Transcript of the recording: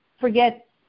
forget